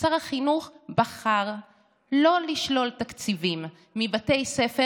שר החינוך בחר לא לשלול תקציבים מבתי ספר